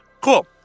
Cool